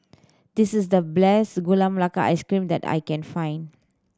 this is the bless Gula Melaka Ice Cream that I can find